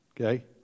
Okay